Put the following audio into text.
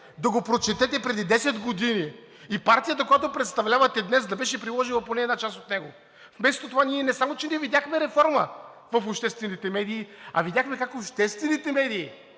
да го прочетете преди 10 години и партията, която представлявате днес, да беше приложила поне една част от него. Вместо това ние не само че не видяхме реформа в обществените медии, а видяхме как обществените медии